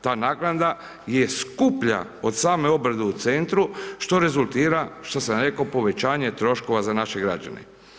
Ta naknada je skuplja od same obrade u centru, što rezultira, što sam rekao, povećanje troškova za naše građane.